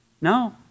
No